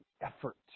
effort